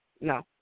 no